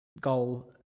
goal